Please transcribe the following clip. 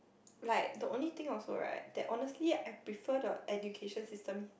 like the only thing also right that honestly I prefer the education system